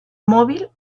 móvil